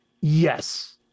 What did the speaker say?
yes